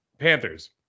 panthers